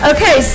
Okay